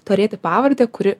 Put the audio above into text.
turėti pavardę kuri